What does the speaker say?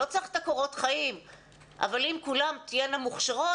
לא צריך את הקורות חיים אבל אם כולן תהיינה מוכשרות,